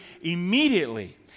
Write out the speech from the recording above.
immediately